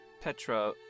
Petra